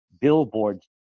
billboards